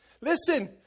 listen